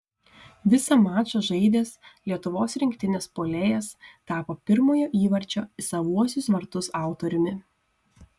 visą mačą žaidęs lietuvos rinktinės puolėjas tapo pirmojo įvarčio į savuosius vartus autoriumi